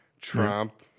Trump